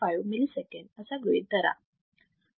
5 milliseconds असा गृहीत धरा